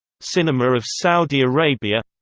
cinema of saudi arabia